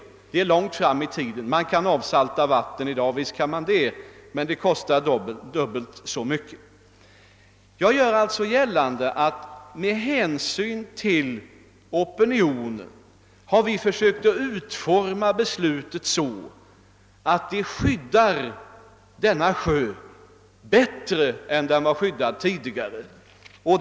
En sådan lösning ligger långt fram i tiden. Man kan visserligen avsalta vatten i dag, men det kostar dubbelt så mycket. Jag gör alltså gällande att regeringen med hänsyn till opinionen har utformat beslutet så, att denna sjö skyddas bättre än som var fallet tidigare.